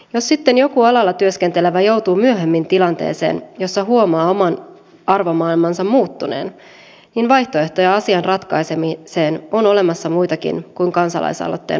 jos sitten joku alalla työskentelevä joutuu myöhemmin tilanteeseen jossa huomaa oman arvomaailmansa muuttuneen vaihtoehtoja asian ratkaisemiseen on olemassa muitakin kuin kansalaisaloitteen oikeus kieltäytymiseen